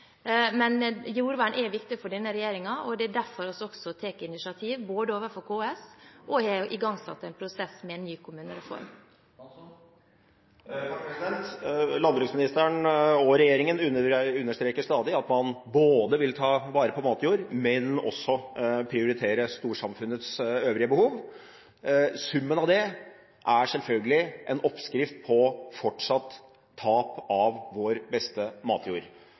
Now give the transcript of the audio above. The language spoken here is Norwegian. men jordvern er viktig for denne regjeringen. Det er også derfor vi både tar initiativ overfor KS og har igangsatt en prosess med en ny kommunereform. Landbruksministeren og regjeringen understreker stadig at man ikke bare vil ta vare på matjord, men at man også vil prioritere storsamfunnets øvrige behov. Summen av det er selvfølgelig en oppskrift på fortsatt tap av vår beste matjord.